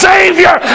Savior